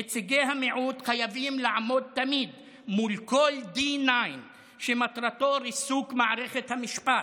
נציגי המיעוט חייבים לעמוד תמיד מול כל D9 שמטרתו ריסוק מערכת המשפט.